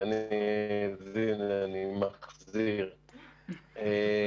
מי שרואה בזה מחיר כבד מדי יכול להתנגד לשימוש בכלי,